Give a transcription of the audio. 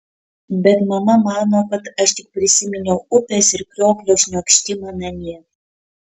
bet mama mano kad aš tik prisiminiau upės ir krioklio šniokštimą namie